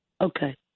Okay